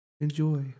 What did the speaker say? Enjoy